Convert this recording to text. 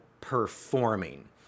performing